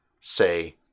say